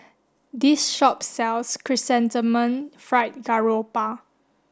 this shop sells chrysanthemum fried garoupa